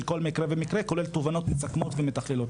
כל מקרה ומקרה כולל תובנות מסכמות ומתכללות.